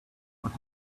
what